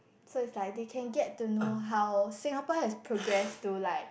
so it's like they can get to know how Singapore has progress to like